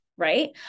Right